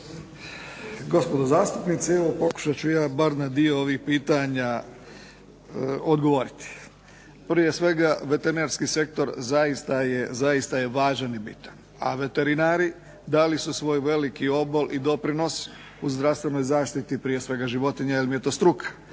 Gospodo zastupnici, evo pokušat ću ja bar na dio ovih pitanja odgovoriti. Prije svega veterinarski sektor zaista je važan i bitan, a veterinari dali su svoj veliki obol i doprinos u zdravstvenoj zaštiti, prije svega životinja, jer im je to struka,